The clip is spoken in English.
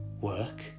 work